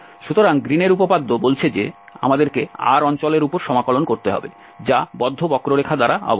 সুতরাং গ্রীনের উপপাদ্য বলছে যে আমাদেরকে R অঞ্চলের উপর সমাকলন করতে হবে যা বদ্ধ বক্ররেখা দ্বারা আবদ্ধ